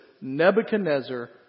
Nebuchadnezzar